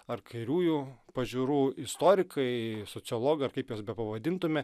ar kairiųjų pažiūrų istorikai sociologai ar kaip juos bepavadintume